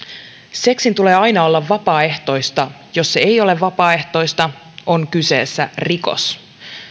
seksin tulee aina olla vapaaehtoista jos se ei ole vapaaehtoista on kyseessä rikos